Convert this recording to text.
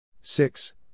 six